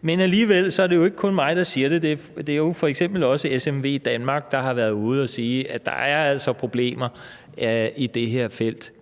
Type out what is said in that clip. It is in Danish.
Men alligevel er det jo ikke kun mig, der siger det. Det er f.eks. også SMV Danmark, der har været ude og sige, at der altså er problemer i det her felt.